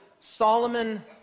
Solomon